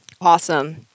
Awesome